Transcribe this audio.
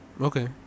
Okay